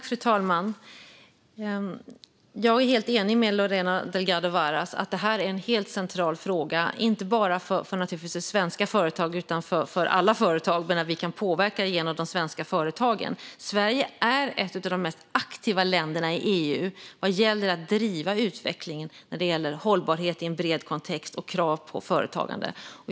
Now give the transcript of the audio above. Fru talman! Jag är helt enig med Lorena Delgado Varas om att detta är en helt central fråga, inte bara för svenska företag utan för alla företag. Vi kan dock påverka genom de svenska företagen. Sverige är ett av de mest aktiva länderna i EU vad gäller att driva utvecklingen när det gäller hållbarhet i en bred kontext och krav på företagande.